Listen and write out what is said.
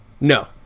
No